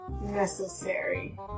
necessary